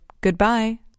Goodbye